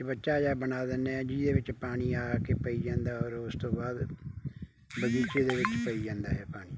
ਚੁਬੱਚਾ ਜਿਹਾ ਬਣਾ ਦਿੰਦੇ ਹਾਂ ਜਿਹਦੇ ਵਿੱਚ ਪਾਣੀ ਆ ਆ ਕੇ ਪਈ ਜਾਂਦਾ ਔਰ ਉਸ ਤੋਂ ਬਾਅਦ ਬਗੀਚੇ ਦੇ ਵਿੱਚ ਪਈ ਜਾਂਦਾ ਹੈ ਪਾਣੀ